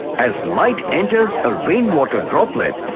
as light enters a rain water droplet.